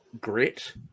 grit